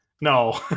No